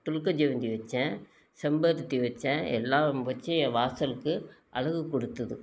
துலுக்க செவ்வந்தி வச்சேன் செம்பருத்தி வச்சேன் எல்லாம் வச்சு வாசல்க்கு அழகு கொடுத்துது